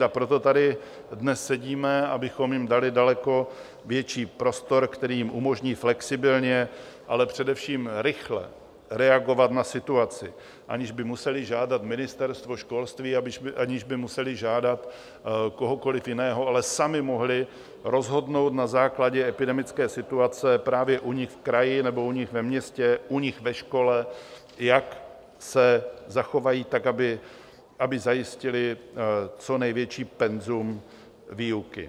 A proto tady dnes sedíme, abychom jim dali daleko větší prostor, který jim umožní flexibilně, ale především rychle reagovat na situaci, aniž by museli žádat Ministerstvo školství, aniž by museli žádat kohokoli jiného, ale sami mohli rozhodnout na základě epidemické situace právě u nich v kraji nebo u nich ve městě, u nich ve škole, jak se zachovají, tak aby zajistili co největší penzum výuky.